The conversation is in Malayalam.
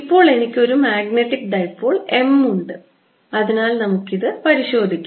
ഇപ്പോൾ എനിക്ക് ഒരു മാഗ്നറ്റിക് ഡൈപോൾ m ഉണ്ട് അതിനാൽ നമുക്ക് ഇത് പരിശോധിക്കാം